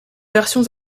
versions